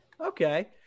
Okay